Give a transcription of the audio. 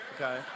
Okay